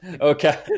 Okay